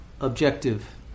objective